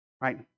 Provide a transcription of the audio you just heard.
right